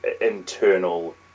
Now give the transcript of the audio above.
internal